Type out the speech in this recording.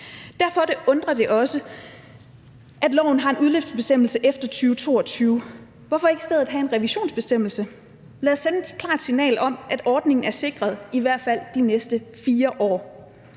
Derfor undrer det os også, at loven har en udløbsbestemmelse efter 2022. Hvorfor ikke i stedet have en revisionsbestemmelse? Lad os sende et klart signal om, at ordningen er sikret i hvert fald de næste 4 år.